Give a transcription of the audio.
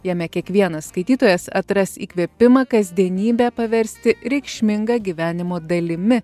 jame kiekvienas skaitytojas atras įkvėpimą kasdienybę paversti reikšminga gyvenimo dalimi